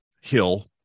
Hill